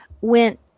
went